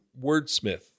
wordsmith